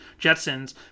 Jetsons